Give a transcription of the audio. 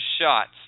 shots